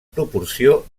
proporció